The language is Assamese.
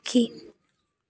সুখী